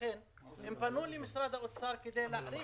כדי לקדם